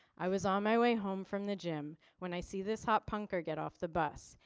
i was on my way home from the gym. when i see this hot punker get off the bus.